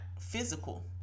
physical